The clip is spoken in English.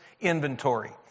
inventory